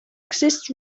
exist